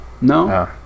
no